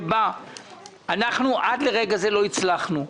שבה אנחנו עד לרגע זה לא הצלחנו,